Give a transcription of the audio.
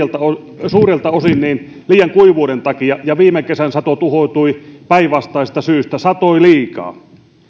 suurelta osin liian kuivuuden takia ja viime kesän sato tuhoutui päinvastaisesta syystä satoi liikaa